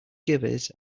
givers